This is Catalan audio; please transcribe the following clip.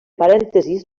parèntesis